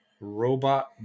robot